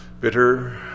Bitter